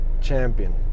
champion